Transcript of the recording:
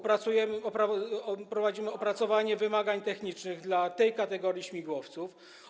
Prowadzimy opracowanie wymagań technicznych dla tej kategorii śmigłowców.